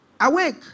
awake